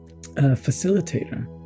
facilitator